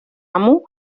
amo